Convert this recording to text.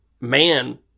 man